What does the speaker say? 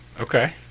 Okay